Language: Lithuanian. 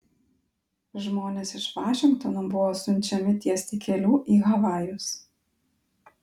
žmonės iš vašingtono buvo siunčiami tiesti kelių į havajus